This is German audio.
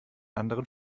anderen